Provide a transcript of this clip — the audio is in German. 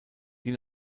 die